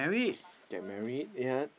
get married yeah